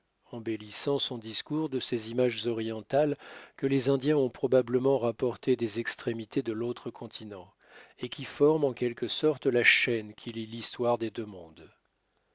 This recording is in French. embellissant son discours de ces images orientales que les indiens ont probablement rapportées des extrémités de l'autre continent et qui forment en quelque sorte la chaîne qui lie l'histoire des deux mondes